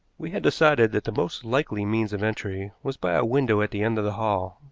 we had decided that the most likely means of entry was by a window at the end of the hall,